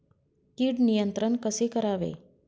कीड नियंत्रण कसे करावे?